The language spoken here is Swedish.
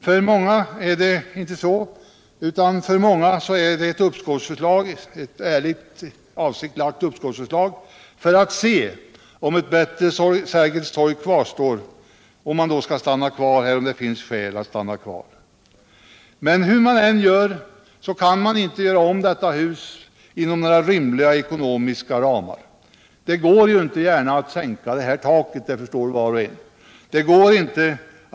För många är det inte så, utan det gäller ett ärligt upplagt uppskovsförslag för att se om förslaget om ett bättre Sergels torg kvarstår. Fortfarande finns alla de skäl som jag tidigare räknat upp för att man skall stanna kvar. Hur man än gör kan man inte bygga om detta hus inom några rimliga ekonomiska ramar. Det går inte, som var och en säkert förstår, att Riksdagens lokalfrågor på längre Sikt frågor på längre Sikt t.ex. sänka detta tak.